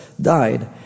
died